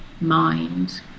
mind